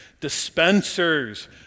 Dispensers